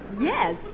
Yes